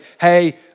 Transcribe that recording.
Hey